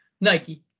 Nike